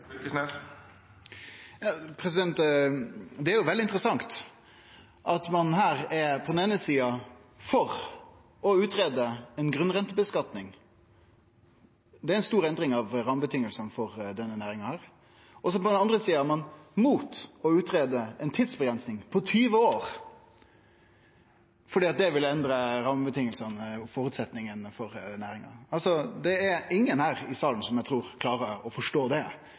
Fylkesnes at undertegnede kan… Tida er ute. Det er veldig interessant at ein her på den eine sida er for å utgreie ei grunnrenteskattlegging, som er ei stor endring av rammevilkåra for denne næringa, og på den andre sida er ein imot å utgreie ei tidsavgrensing på 20 år, for det vil endre rammevilkåra og føresetnadene for næringa. Det er ingen her i salen som klarer å forstå det.